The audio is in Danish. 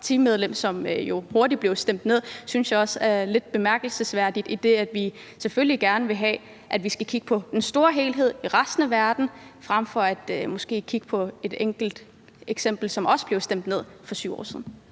partimedlem, og som jo hurtigt blev stemt ned. Det synes jeg er lidt bemærkelsesværdigt, idet vi selvfølgelig gerne vil have, at vi skal kigge på den store helhed, resten af verden, frem for måske at kigge på et enkelt eksempel, som blev stemt ned for 7 år siden.